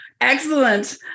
excellent